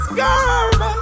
girl